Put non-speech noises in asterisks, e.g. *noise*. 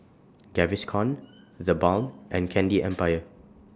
Gaviscon *noise* TheBalm and Candy *noise* Empire